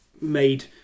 made